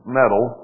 metal